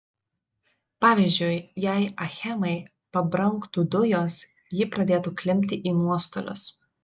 pavyzdžiui jei achemai pabrangtų dujos ji pradėtų klimpti į nuostolius